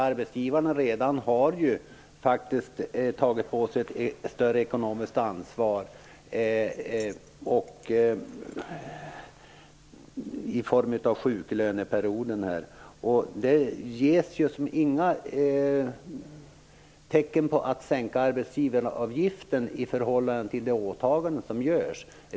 Arbetsgivarna har ju redan tagit på sig ett större ekonomiskt ansvar i form av sjuklöneperioden, och det finns just inga tecken på att man tänker sänka arbetsgivaravgiften i förhållande till det åtagande som görs.